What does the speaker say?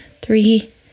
three